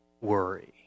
worry